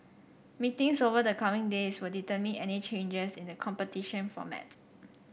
meetings over the coming days would determine any changes in the competition format